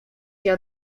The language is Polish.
się